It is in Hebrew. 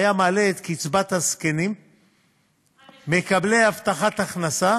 זה היה מעלה את קצבת הזקנים מקבלי הבטחת הכנסה